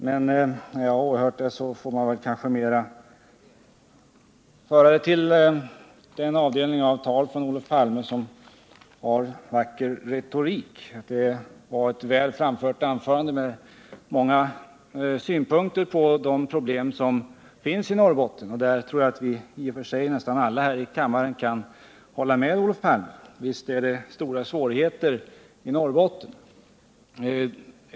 Man kanske får hänföra inlägget till avdelningen vacker retorik från Olof Palme. Det var ett väl framfört anförande med många synpunkter på de problem som finns i Norrbotten. I och för sig tror jag att vi nästan alla i kammaren kan hålla med Olof Palme. Visst är det stora svårigheter i Norrbotten!